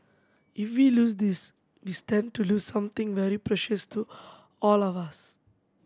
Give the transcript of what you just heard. if we lose this we stand to lose something very precious to all of us